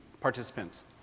participants